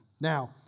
Now